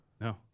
No